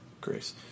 Grace